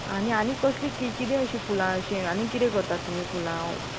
आनी आनीक कसली किदें अशीं फुलां अशीं आनीक किदें करतात तुमी फुलां